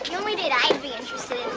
only date i'd be interested